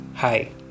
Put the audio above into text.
Hi